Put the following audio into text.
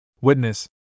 Witness